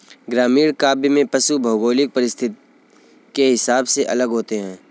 ग्रामीण काव्य में पशु भौगोलिक परिस्थिति के हिसाब से अलग होते हैं